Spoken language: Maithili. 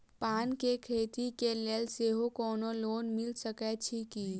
पान केँ खेती केँ लेल सेहो कोनो लोन मिल सकै छी की?